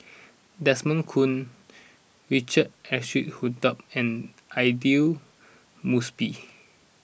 Desmond Kon Richard Eric Holttum and Aidli Mosbit